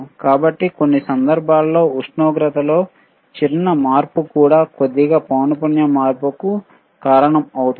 కాబట్టి కొన్ని సందర్భాల్లో ఉష్ణోగ్రతలో చిన్న మార్పు కూడా కొద్దిగా పౌనపున్యం మార్పు కు కారణం అవుతుంది